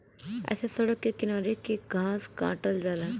ऐसे सड़क के किनारे के घास काटल जाला